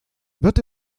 wird